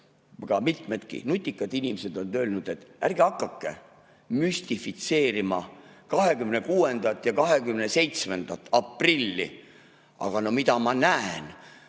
et mitmedki nutikad inimesed on öelnud, et ärge hakake müstifitseerima 26. ja 27. aprilli. Aga no mida ma näen?